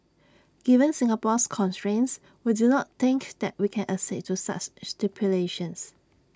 given Singapore's constraints we do not think that we can accede to such stipulations